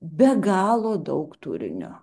be galo daug turinio